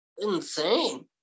insane